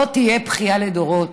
זאת תהיה בכייה לדורות.